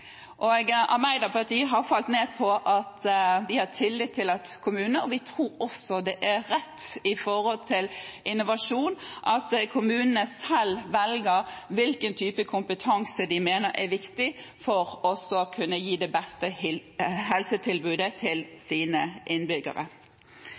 og Arbeiderpartiet har falt ned på at vi har tillit til – og vi tror også det er rett med tanke på innovasjon – at kommunene selv velger hvilken type kompetanse de mener er viktig for å kunne gi det beste helsetilbudet til sine innbyggere.